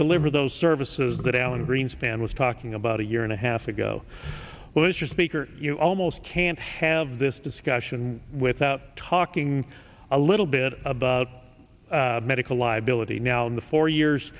deliver those services that alan greenspan was talking about a year and a half ago well mr speaker you almost can't have this discussion without talking a little bit about medical liability now in the four years